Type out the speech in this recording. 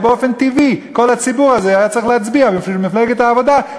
היה באופן טבעי כל הציבור הזה צריך להצביע בשביל מפלגת העבודה,